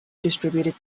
distributed